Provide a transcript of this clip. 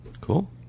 Cool